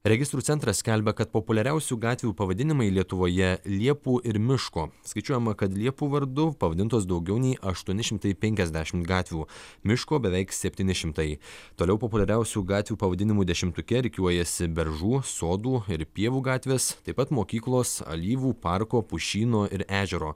registrų centras skelbia kad populiariausių gatvių pavadinimai lietuvoje liepų ir miško skaičiuojama kad liepų vardu pavadintos daugiau nei aštuoni šimtai penkiasdešimt gatvių miško beveik septyni šimtai toliau populiariausių gatvių pavadinimų dešimtuke rikiuojasi beržų sodų ir pievų gatvės taip pat mokyklos alyvų parko pušyno ir ežero